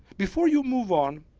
before you move on,